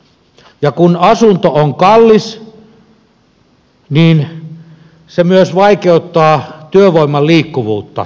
kun asunto on kallis niin se myös vaikeuttaa työvoiman liikkuvuutta